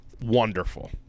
Wonderful